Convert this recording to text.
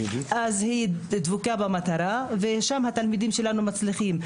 היא דבקה במטרה ושם התלמידים שלנו מצליחים.